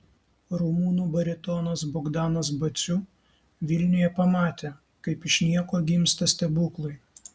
rumunų baritonas bogdanas baciu vilniuje pamatė kaip iš nieko gimsta stebuklai